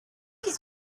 his